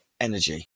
Energy